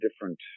different